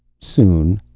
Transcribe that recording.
soon.